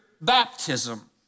baptism